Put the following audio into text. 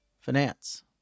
finance